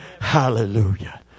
Hallelujah